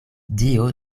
dio